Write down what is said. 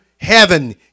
heaven